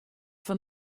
fan